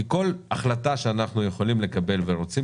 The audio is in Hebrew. כל החלטה שאנחנו יכולים לקבל ורוצים